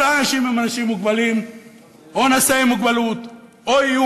כל האנשים הם אנשים מוגבלים או נשאי מוגבלות או יהיו